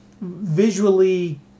visually